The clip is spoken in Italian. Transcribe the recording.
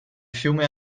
fiume